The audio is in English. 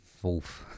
fourth